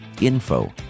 info